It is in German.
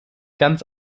ganz